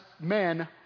men